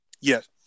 Yes